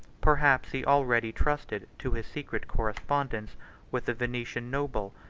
perhaps he already trusted to his secret correspondence with a venetian noble,